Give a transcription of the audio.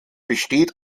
besteht